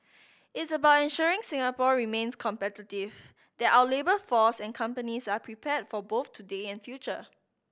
it's about ensuring Singapore remains competitive that our labour force and companies are prepared for both today and future